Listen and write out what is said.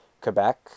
Quebec